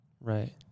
Right